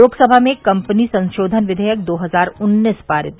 लोकसभा में कम्पनी संशोधन विधेयक दो हजार उन्नीस पारित